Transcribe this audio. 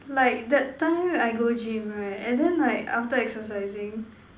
like that time I go gym right and then like after exercising